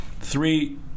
Three